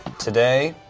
today.